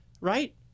right